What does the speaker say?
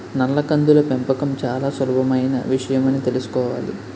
నల్ల కందుల పెంపకం చాలా సులభమైన విషయమని తెలుసుకోవాలి